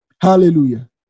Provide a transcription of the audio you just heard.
Hallelujah